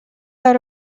out